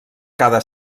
cada